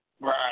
Right